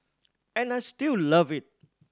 and I still love it